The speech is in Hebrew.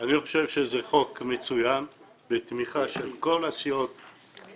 אני חושב שזה חוק מצוין בתמיכה של כל הסיעות בכנסת.